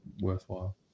worthwhile